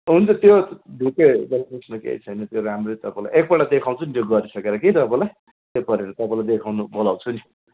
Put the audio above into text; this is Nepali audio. हुन्छ त्यो ढुक्कै केही छैन त्यो राम्रै तपाईँलाई एकपल्ट देखाउँछु नि त्यो गरिसकेर कि तपाईँलाई चेक गरेर तपाईँलाई देखाउन बोलाउँछु नि